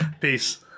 Peace